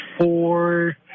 four